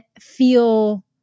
feel